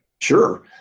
Sure